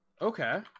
Okay